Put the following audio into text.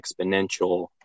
exponential